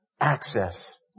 access